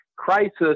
crisis